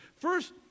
First